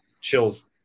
chills